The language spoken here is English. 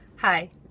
Hi